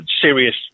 serious